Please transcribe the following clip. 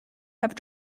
have